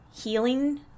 healing